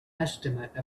estimate